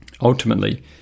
Ultimately